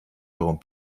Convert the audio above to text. darum